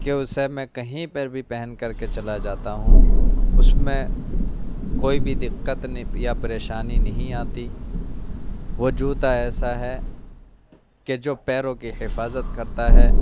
کہ اسے میں کہیں پر بھی پہن کر کے چلا جاتا ہوں اس میں کوئی بھی دقت یا پریشانی نہیں آتی وہ جوتا ایسا ہے کہ جو پیروں کی حفاظت کرتا ہے